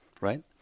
right